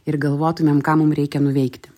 ir galvotumėm ką mum reikia nuveikti